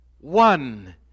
one